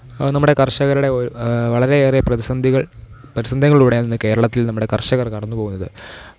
അത് നമ്മുടെ കര്ഷകരുടെ ഓ വളരേയേറെ പ്രതിസന്ധികള് പ്രതിസന്ധികളിലൂടെയാണ് ഇന്ന് കേരളത്തില് നമ്മുടെ കര്ഷകര് കടന്നുപോകുന്നത്